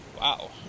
Wow